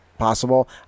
possible